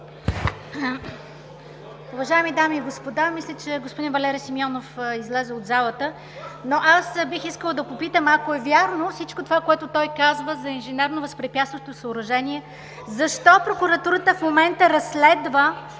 Уважаеми дами и господа! Господин Валери Симеонов излезе от залата, но аз бих искала да попитам, ако е вярно всичко това, което той казва за инженерно-възпрепятстващо съоръжение, защо Прокуратурата в момента разследва